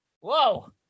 Whoa